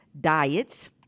diets